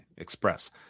Express